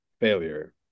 failure